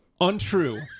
Untrue